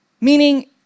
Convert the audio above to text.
meaning